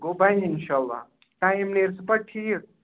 گوٚو بَنہِ اِنشاء اللہ ٹایم نیرسہٕ پَتہٕ ٹھیٖک